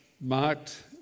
marked